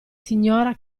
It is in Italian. signora